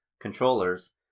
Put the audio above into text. controllers